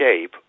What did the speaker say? shape